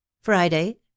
Friday